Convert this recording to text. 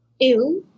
Ill